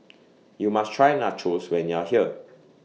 YOU must Try Nachos when YOU Are here